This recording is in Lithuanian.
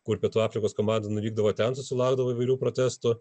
kur pietų afrikos komanda nuvykdavo ten susilaukdavo įvairių protestų